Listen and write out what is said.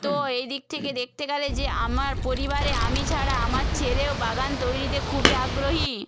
তো এই দিক থেকে দেখতে গেলে যে আমার পরিবারে আমি ছাড়া আমার ছেলেও বাগান তৈরিতে খুবই আগ্রহী